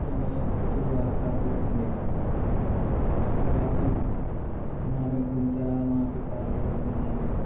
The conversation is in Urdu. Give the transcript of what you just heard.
تو میں طلوع آفتاب کو دیکھا اس کے بعد پھر وہاں میں گھومتا رہا وہاں کے پہاڑیوں کے نظارے